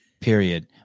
Period